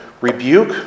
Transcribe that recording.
rebuke